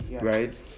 right